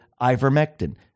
ivermectin